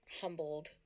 humbled